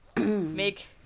make